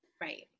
Right